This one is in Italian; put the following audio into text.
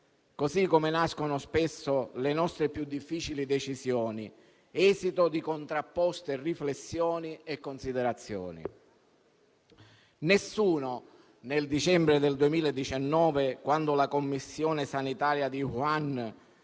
così come nascono spesso le nostre più difficili decisioni, esito di contrapposte riflessioni e considerazioni. Nessuno nel dicembre 2019, quando la commissione sanitaria di Wuhan